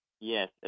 Yes